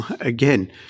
Again